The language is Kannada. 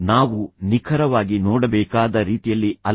ನಾವು ನಿಖರವಾಗಿ ನೋಡಬೇಕಾದ ರೀತಿಯಲ್ಲಿ ಅಲ್ಲ